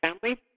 family